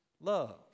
love